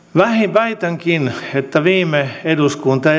väitänkin että viime eduskunta